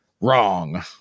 wrong